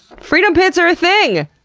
freedom pits are a thing!